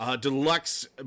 deluxe